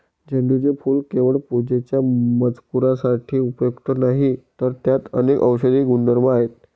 झेंडूचे फूल केवळ पूजेच्या मजकुरासाठी उपयुक्त नाही, तर त्यात अनेक औषधी गुणधर्म आहेत